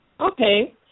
Okay